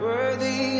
Worthy